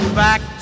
back